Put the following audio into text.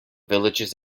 villages